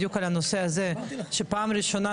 בדיוק על הנושא הזה שפעם ראשונה,